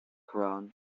koran